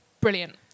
brilliant